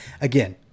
again